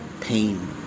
pain